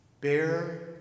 bear